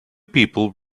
people